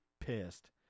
pissed